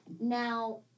Now